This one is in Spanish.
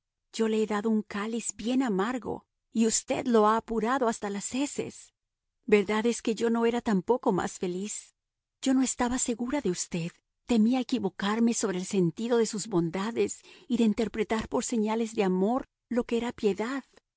yo le he dado un cáliz bien amargo y usted lo ha apurado hasta las heces verdad es que yo no era tampoco más feliz yo no estaba segura de usted temía equivocarme sobre el sentido de sus bondades y de interpretar por señales de amor lo que era piedad